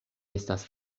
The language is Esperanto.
estas